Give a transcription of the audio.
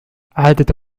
عدد